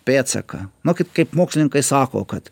pėdsaką mokyt kaip mokslininkai sako kad